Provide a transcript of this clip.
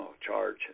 charge